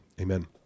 amen